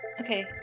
Okay